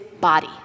body